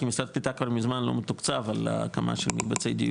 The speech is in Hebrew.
כי משרד הקליטה כבר מזמן אל מתוקצב על הקמה של מקבצי דיור.